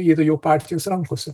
yra jau partijos rankose